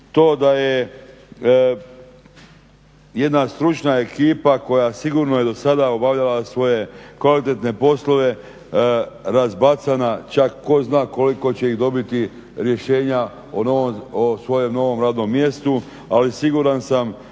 to da je jedna stručna ekipa koja sigurno je do sada obavljala svoje kvalitetne poslove razbacana čak tko zna koliko će ih dobiti rješenja o svojem novom radnom mjestu ali siguran sam